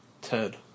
Ted